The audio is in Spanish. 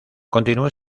continuó